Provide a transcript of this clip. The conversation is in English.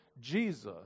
Jesus